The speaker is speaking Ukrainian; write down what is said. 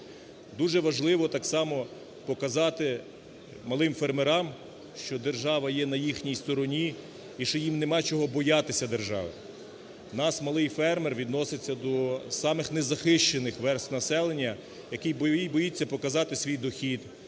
Дуже важливо так само показати малим фермерам, що держава є на їхній стороні і що їм нема чого боятися держави. В нас малий фермер відноситься до самих незахищених верств населення, який боїться показати свій дохід,